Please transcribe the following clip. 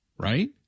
Right